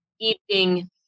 eating